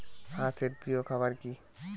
হাঁস এর প্রিয় খাবার কি?